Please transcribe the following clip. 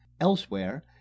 Elsewhere